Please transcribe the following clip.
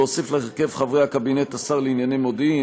להוסיף להרכב חברי הקבינט את השר לענייני מודיעין,